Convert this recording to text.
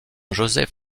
joseph